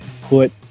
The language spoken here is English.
put